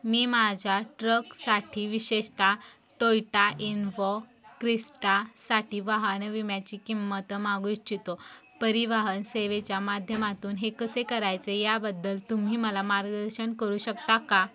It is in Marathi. मी माझ्या ट्रकसाठी विशेषतः टोयटा इनव्हो क्रिस्टासाठी वाहन विम्याची किंमत मागू इच्छितो परिवहन सेवेच्या माध्यमातून हे कसे करायचे याबद्दल तुम्ही मला मार्गदर्शन करू शकता का